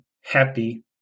happy